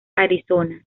arizona